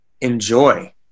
enjoy